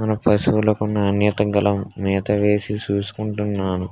మా పశువులకు నాణ్యత గల మేతవేసి చూసుకుంటున్నాను